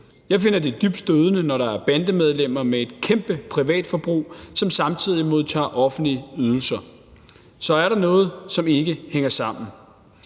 Jeg finder det dybt stødende, når der er bandemedlemmer med et kæmpe privatforbrug, som samtidig modtager offentlige ydelser; så er der noget, som ikke hænger sammen.